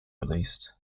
released